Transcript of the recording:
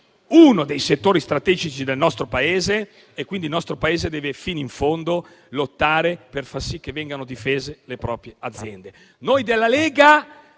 uno dei settori strategici del nostro Paese e quindi l'Italia deve lottare fino in fondo per far sì che vengano difese le proprie aziende. Noi della Lega